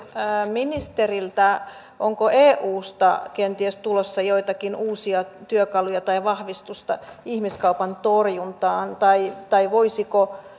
ministeriltä onko eusta kenties tulossa joitakin uusia työkaluja tai vahvistusta ihmiskaupan torjuntaan tai tai